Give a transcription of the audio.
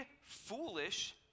foolish